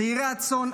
צעירי הצאן,